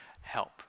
help